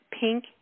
pink